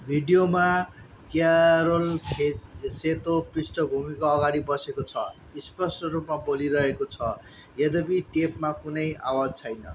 भिडियोमा क्यारोल खे सेतो पृष्ठभूमिको अगाडि बसेको छ स्पष्ट रूपमा बोलिरहेको छ यद्यपि टेपमा कुनै आवाज छैन